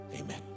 Amen